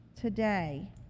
today